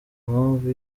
mpamvu